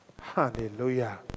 Hallelujah